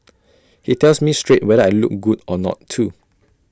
he tells me straight whether I look good or not too